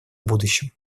будущем